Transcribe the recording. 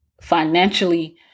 financially